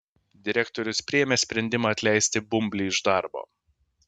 direktorius priėmė sprendimą atleisti bumblį iš darbo